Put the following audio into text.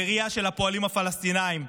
בראייה של הפועלים הפלסטינים,